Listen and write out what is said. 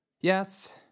Yes